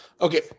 Okay